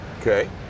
Okay